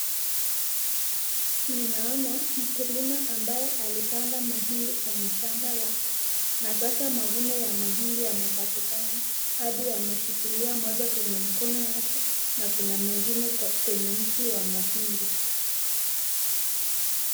Ninaona mkulima ambaye alipanda mahindi kwenye shamba lake na sasa mavuno ya mahindi yamepatikana hadi ameshikilia moja kwenye mkono yake na kuna mengine kwenye mche wa mahindi.